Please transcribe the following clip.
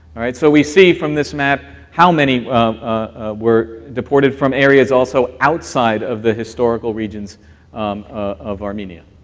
all right? so we see from this map how many were deported from areas also outside of the historical regions of armenia.